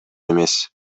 эмес